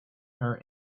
her